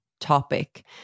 topic